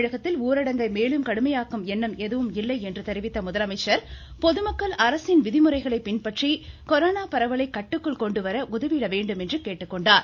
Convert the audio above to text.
தமிழகத்தில் ஊரடங்கை மேலும் கடுமையாக்கும் எண்ணம் எதுவும் இல்லை என்று தெரிவித்த முதலமைச்சர் பொதுமக்கள் அரசின் விதிமுறைகளை பின்பற்றி கொரோனா பரவலை கட்டுக்குள் கொண்டுவர உதவிட வேண்டும் என்றார்